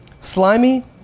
Slimy